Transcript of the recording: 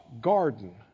garden